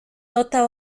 nota